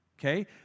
Okay